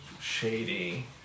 shady